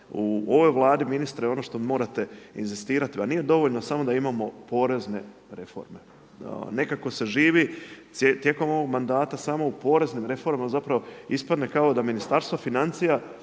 u ovoj Vladi ministre, ono što morate inzistirati da nije dovoljno samo da imamo porezne reforme. Nekako se živi tijekom ovog mandata samo u poreznim reformama zapravo ispadne kao da Ministarstvo financija